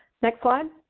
next slide.